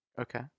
Okay